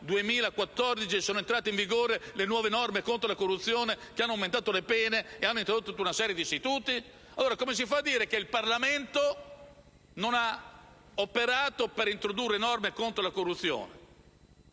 2014, sono entrate in vigore le nuove norme contro la corruzione, che hanno aumentato le pene ed hanno introdotto tutta una serie di istituti? Allora come si fa a dire che il Parlamento non ha operato per introdurre norme contro la corruzione?